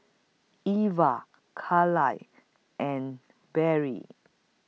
Eva Caryl and Barry